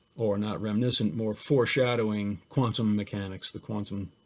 or not reminiscent, more foreshadowing quantum mechanics, the quantum,